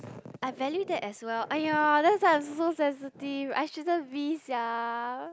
I value that as well !aiya! that's why I am so sensitive I shouldn't be sia